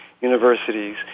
Universities